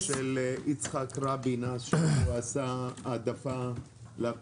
מה עם החוק של יצחק רבין שעשה, העדפה לפריפריה?